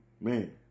Man